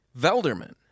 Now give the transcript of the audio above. Velderman